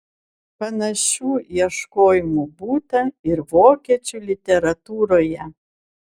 panašių ieškojimų būta ir vokiečių literatūroje